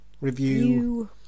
review